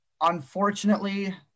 Unfortunately